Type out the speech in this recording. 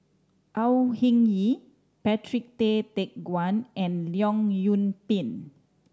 Au Hing Yee Patrick Tay Teck Guan and Leong Yoon Pin